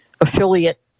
affiliate